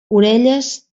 orelles